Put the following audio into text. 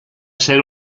ser